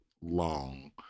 long